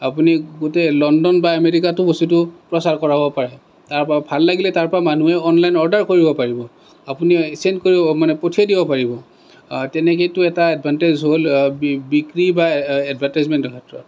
আপুনি গোটেই লণ্ডন বা আমেৰিকাতো বস্তুটো প্ৰচাৰ কৰাব পাৰে তাৰপৰা ভাল লাগিলে তাৰপৰা মানুহে অনলাইন অৰ্ডাৰ কৰিব পাৰিব আপুনি চেণ্ড কৰিব মানে পঠিয়াই দিব পাৰিব তেনেকৈতো এটা এডভানটেজ হ'ল বিক্ৰী বা এডভাৰটাইজমেণ্টৰ ক্ষেত্ৰত